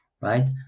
right